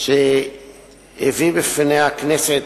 שהביא בפני הכנסת